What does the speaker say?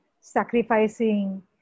sacrificing